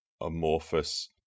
amorphous